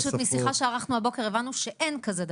אנחנו פשוט משיחה שערכנו הבוקר הבנו שאין כזה דבר.